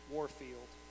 Warfield